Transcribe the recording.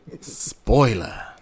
spoiler